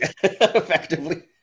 effectively